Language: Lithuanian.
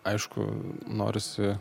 aišku norisi